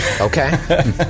Okay